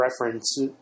reference